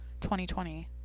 2020